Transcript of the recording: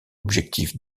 objectif